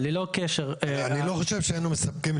אני לא חושב שהיינו מסתפקים,